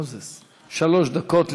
שלוש דקות לרשותך.